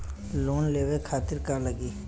Loan लेवे खातीर का का लगी?